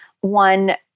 one